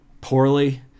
poorly